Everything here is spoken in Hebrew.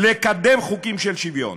לקדם חוקים של שוויון,